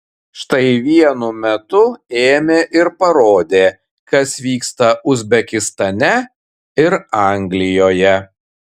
štai vienu metu ėmė ir parodė kas vyksta uzbekistane ir anglijoje